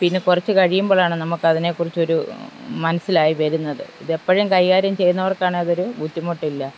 പിന്നെ കുറച്ച് കഴിയുമ്പോഴാണ് നമുക്കതിനെക്കുറിച്ചൊരു മനസ്സിലായി വരുന്നത് ഇതെപ്പോഴും കൈകാര്യം ചെയ്യുന്നവർക്കാണെങ്കിൽ അതൊരു ബുദ്ധിമുട്ടില്ല